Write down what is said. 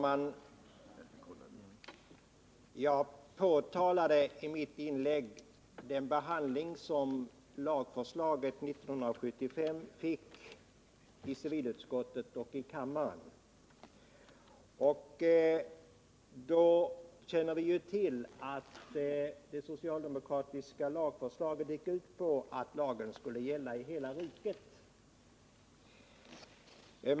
Herr talman! I mitt inlägg påtalade jag den behandling som lagförslaget 1975 fick i civilutskottet och i kammaren. Vi vet ju att det socialdemokratiska lagförslaget gick ut på att lagen skulle gälla i hela riket.